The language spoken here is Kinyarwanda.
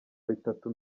bitatu